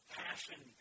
passion